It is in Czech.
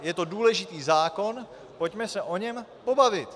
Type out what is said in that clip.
Je to důležitý zákon, pojďme se o něm pobavit.